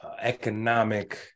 economic